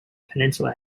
peninsula